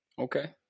Okay